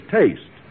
taste